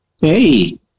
Hey